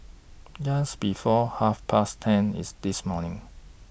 Just before Half Past ten IS This morning